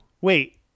wait